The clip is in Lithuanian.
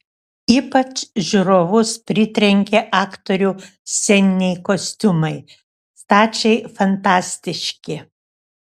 ypač žiūrovus pritrenkė aktorių sceniniai kostiumai stačiai fantastiški